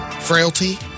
frailty